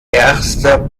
erster